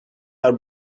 are